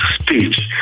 speech